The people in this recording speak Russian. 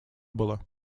было